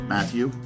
Matthew